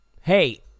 hey